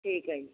ਠੀਕ ਹੈ ਜੀ